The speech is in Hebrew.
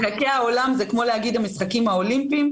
משחקי העולם זה כמו להגיד המשחקים האולימפיים,